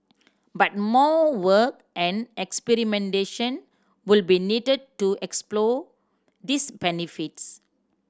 but more work and experimentation would be needed to explore these benefits